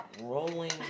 rolling